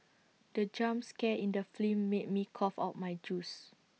the jump scare in the film made me cough out my juice